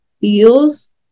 feels